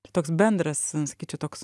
toks bendras na sakyčiau toks